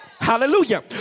Hallelujah